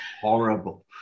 horrible